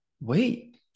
wait